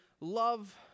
love